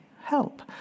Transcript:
help